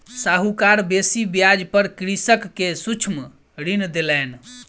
साहूकार बेसी ब्याज पर कृषक के सूक्ष्म ऋण देलैन